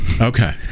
Okay